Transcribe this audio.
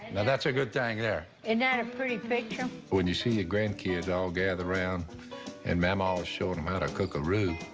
and that's a good thing there. isn't and that a pretty picture? when you see your grandkids all gathered round and mamaw's showing em how to cook a roux,